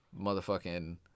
motherfucking